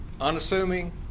unassuming